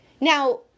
Now